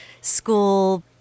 school